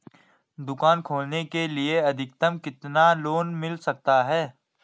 दुकान खोलने के लिए अधिकतम कितना लोन मिल सकता है?